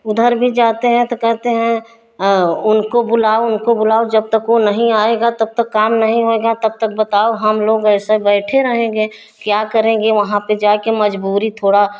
ऊधर भी जाते हैं तो कहते हैं उनको बुलाओ उनको बुलाओ जब तक वह नहीं आएगा तब तक काम नहीं होगा तब तक बताओ हम लोग ऐसे बैठे रहेंगे क्या करेंगे वहाँ पर जाकर मजबूरी थोड़ा